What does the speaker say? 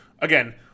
again